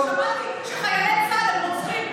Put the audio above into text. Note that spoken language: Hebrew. אחרי ששמעתי שחיילי צה"ל הם רוצחים,